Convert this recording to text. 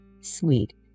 Sweet